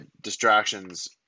distractions